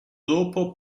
dopo